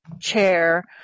chair